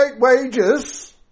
wages